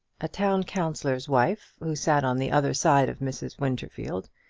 a town councillor's wife who sat on the other side of mrs. winterfield,